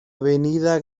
avenida